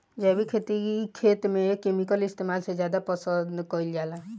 जैविक खेती खेत में केमिकल इस्तेमाल से ज्यादा पसंद कईल जाला